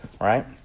right